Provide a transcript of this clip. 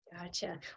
Gotcha